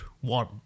one